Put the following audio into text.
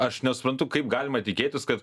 aš nesuprantu kaip galima tikėtis kad